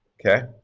ok.